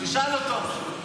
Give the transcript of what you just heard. תשאל אותו.